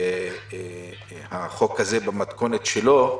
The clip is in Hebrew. החוק הזה במתכונת שלו,